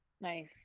Nice